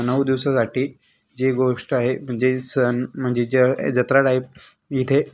नऊ दिवसासाठी जे गोष्ट आहे जे सण म्हणजे जे जत्राटाईप इथे